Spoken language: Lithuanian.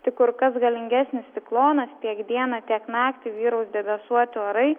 tik kur kas galingesnis ciklonas tiek dieną tiek naktį vyraus debesuoti orai